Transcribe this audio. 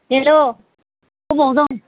हेल' बबाव दं